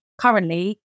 currently